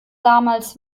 damals